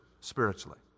spiritually